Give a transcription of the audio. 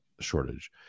shortage